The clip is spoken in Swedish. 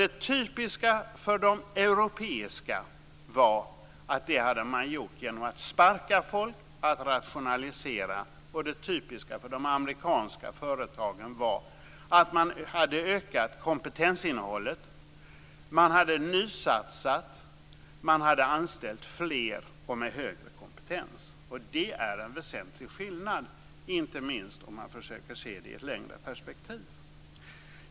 Det typiska för de europeiska företagen var att man hade gjort det genom att sparka folk och rationalisera. Det typiska för de amerikanska företagen var att man hade ökat kompetensinnehållet. Man hade nysatsat och anställt fler med högre kompetens. Det är en väsentlig skillnad, inte minst om man försöker se det i ett längre perspektiv.